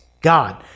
God